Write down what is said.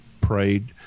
prayed